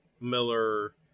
Miller